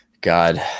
God